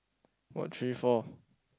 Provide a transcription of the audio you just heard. what three four